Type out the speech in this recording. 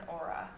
aura